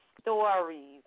stories